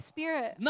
Spirit